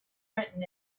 written